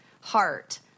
heart